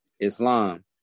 Islam